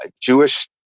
Jewish